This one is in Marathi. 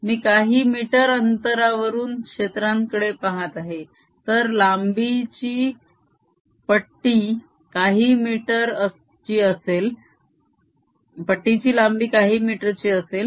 मी काही मीटर अंतरावरून क्षेत्रांकडे पाहत आहे तर लांबीची पट्टी काही मीटर ची असेल